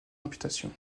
imputation